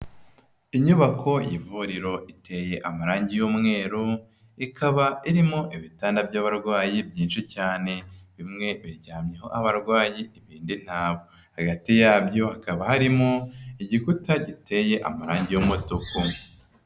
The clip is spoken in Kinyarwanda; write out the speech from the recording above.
Inyubako y'ivuriro iteye amarangi y'umweru, ikaba irimo ibitanda by'abarwayi byinshi cyane, bimwe biryamyeho abarwayi, Ibindi ntabo. Hagati yabyo hakaba harimo igikuta giteye amarangi y'umutuku.